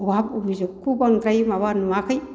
अभाब अबिजगखौ बांद्राय माबा नुवाखै